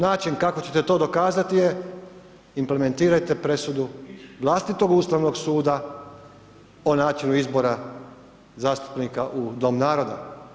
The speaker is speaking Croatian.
Prvi način kako ćete to dokazat je implementirajte presudu vlastitog Ustavnog suda o načinu izbora zastupnika u Dom naroda.